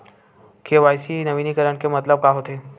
KYC नवीनीकरण के मतलब का होथे?